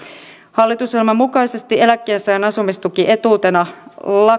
hallitusohjelman mukaisesti eläkkeensaajan asumistuki etuutena